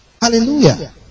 Hallelujah